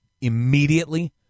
immediately